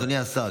אדוני השר,